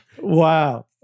Wow